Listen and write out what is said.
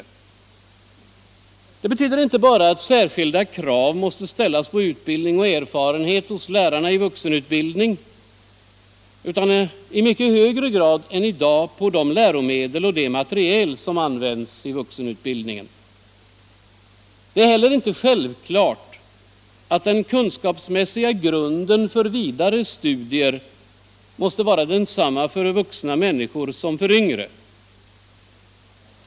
Det betyder att särskilda krav måste ställas inte bara på utbildning och erfarenhet hos lärarna i vuxenutbildning utan i mycket högre grad än i dag också på läromedel och materiel som används i vuxenutbildningen. Det är inte heller självklart att den kunskapsmässiga grunden för vidare studier måste vara densamma för vuxna människor som för yngre.